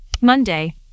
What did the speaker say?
Monday